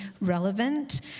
relevant